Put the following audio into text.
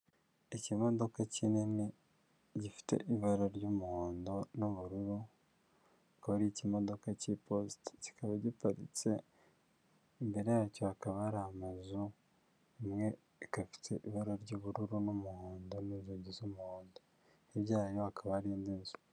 Ikimodoka kinini gifite ibara ry'umuhondo n'ubururu akaba ari ikimodoka cy'iposita kikaba giparitse, imbere yacyo hakaba hari amazu imwe ikaba ifite ibara ry'ubururu n'umuhondo n'inzugi z'umuhondo, hirya yayo hakaba hari indi nzu.